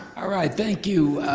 ah right, thank you